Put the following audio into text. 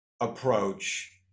approach